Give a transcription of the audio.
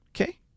Okay